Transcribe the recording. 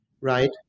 right